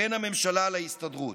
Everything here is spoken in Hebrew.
בין הממשלה להסתדרות.